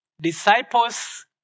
disciples